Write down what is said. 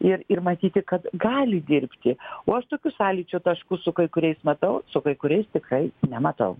ir ir matyti kad gali dirbti o aš tokių sąlyčio taškų su kai kuriais matau su kai kuriais tikrai nematau